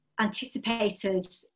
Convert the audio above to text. anticipated